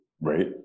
Right